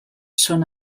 són